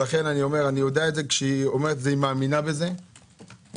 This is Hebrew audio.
אני יודע שהיא מאמינה במה שהיא אומרת.